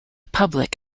public